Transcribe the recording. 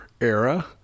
era